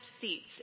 seats